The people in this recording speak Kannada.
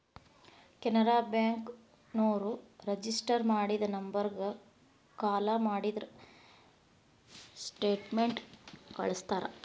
ಕೆನರಾ ಬ್ಯಾಂಕ ನೋರು ರಿಜಿಸ್ಟರ್ ಮಾಡಿದ ನಂಬರ್ಗ ಕಾಲ ಮಾಡಿದ್ರ ಸ್ಟೇಟ್ಮೆಂಟ್ ಕಳ್ಸ್ತಾರ